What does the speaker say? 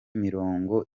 mirongo